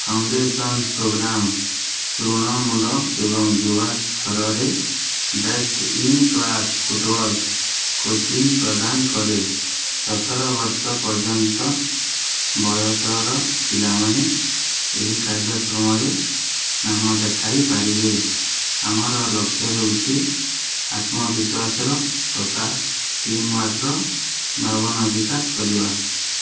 foundation program ତୃଣମୂଳ ଏବଂ ଯୁବା ସ୍ତରରେ best in class football coaching ପ୍ରଦାନ କରେ ସତର ବର୍ଷ ପର୍ଯ୍ୟନ୍ତ ବୟସର ପିଲାମାନେ ଏହି କାର୍ଯ୍ୟକ୍ରମରେ ନାମ ଲେଖାଇ ପାରିବେ ଆମର ଲକ୍ଷ୍ୟ ହେଉଛି ଆତ୍ମବିଶ୍ୱାସର ତଥା ଟିମ୍ୱାର୍କ୍ର ଭାବନା ବିକାଶ କରିବା